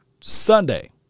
Sunday